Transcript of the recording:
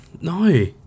No